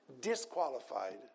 disqualified